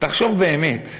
תחשוב באמת.